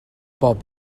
bob